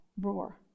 roar